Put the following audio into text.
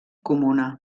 comuna